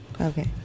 okay